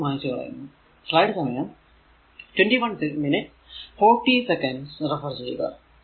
ഞാൻ ഇത് മായിച്ചു കളയുന്നു